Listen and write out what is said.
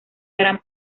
gran